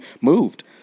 moved